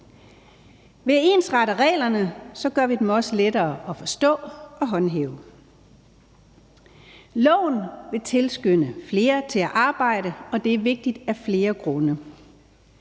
Ved at ensrette reglerne, gør vi dem også lettere at forstå og håndhæve. Loven vil tilskynde flere til at arbejde, og det er vigtigt af flere grunde.